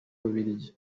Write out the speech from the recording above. ababiligi